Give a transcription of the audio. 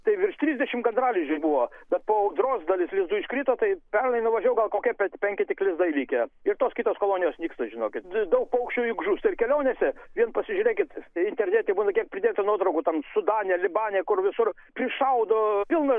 tai virš trisdešimt gandralizdžių buvo bet po audros dalis lizdų iškrito tai pernai nuvažiavau gal kokie pen penki tiktai lizdai likę ir tos kitos kolonijos nyksta žinokit daug paukščių juk žūsta ir kelionėse vien pasižiūrėkit internete būna kiek pridėta nuotraukų tam sudane libane kur visur prišaudo pilną